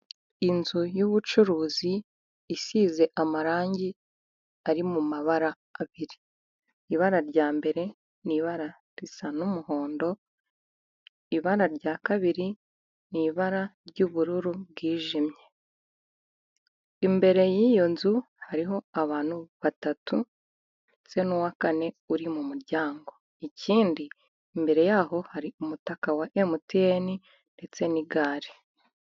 Inzu y'ubucuruzi isize amarangi ari mu mabara abiri, ibara rya mbere ni ibara risa n'umuhondo, ibara rya kabiri ni ibara ry'ubururu bwijimye. Imbere y'iyo nzu hari abantu batatu, ndetse n'uwa kane uri mu muryango, ikindi imbere yaho hari umutaka wa MTN ndetse n'igare.